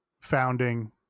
founding